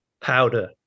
powder